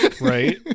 right